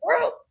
world